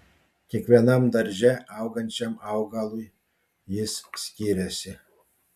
kiekvienam darže augančiam augalui jis skiriasi